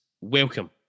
Welcome